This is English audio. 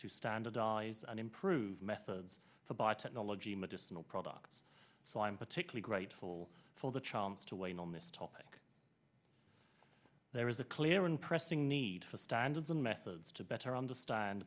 to standardize and improve methods by technology medicinal products so i am particularly grateful for the chance to weigh in on this topic there is a clear and pressing need need for standards and methods to better understand